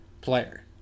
player